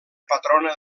patrona